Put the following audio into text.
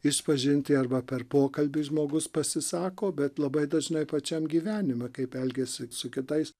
išpažintį arba per pokalbį žmogus pasisako bet labai dažnai pačiam gyvenime kaip elgiasi su kitais